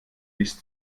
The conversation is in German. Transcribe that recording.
bis